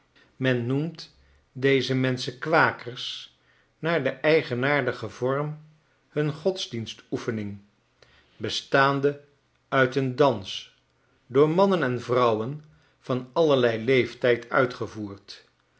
men noemt deze menschen kwakers naar den eigenaardigen vorm hunner godsdienstoefening bestaande uit een dans door mannen en vrouwen van allerlei leeftijd uitgevoerd